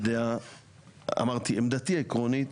אמרתי, עמדתי העקרונית